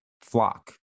flock